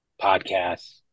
podcasts